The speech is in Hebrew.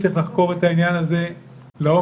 צריך לחקור את העניין הזה לעומק,